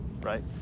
right